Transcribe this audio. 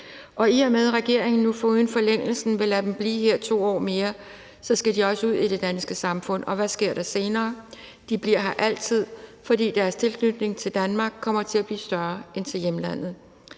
Og i og med at regeringen nu foruden forlængelsen vil lade dem blive her 2 år mere, skal de også ud i det danske samfund, og hvad sker der så senere? De bliver her altid, fordi deres tilknytning til Danmark kommer til at blive større end til hjemlandet.